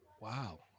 wow